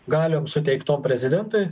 galiom suteiktom prezidentui